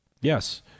Yes